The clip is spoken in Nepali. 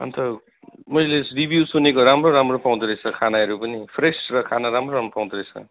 अन्त मैले रिभ्यु सुनेको राम्रो राम्रो पाउँदो रहेछ खानाहरू पनि फ्रेस र खाना राम्रो राम्रो पाउँदो रहेछ